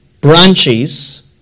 branches